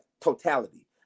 totality